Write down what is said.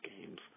games